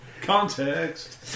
Context